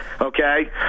okay